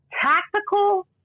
tactical